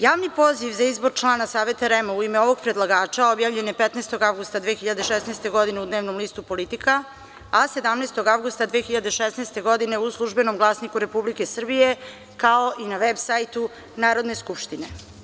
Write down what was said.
Javni poziv za izbor člana Saveta REM u ime ovog predlagača objavljen je 15. avgusta 2016. godine u dnevnom listu „Politika“, a 17. avgusta 2016. godine u „Službenom glasniku Republike Srbije“, kao i na veb sajtu Narodne skupštine.